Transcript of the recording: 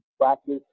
practice